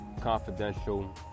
confidential